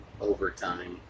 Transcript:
Overtime